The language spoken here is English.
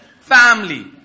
family